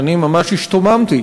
שאני ממש השתוממתי.